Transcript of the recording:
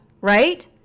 right